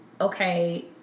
okay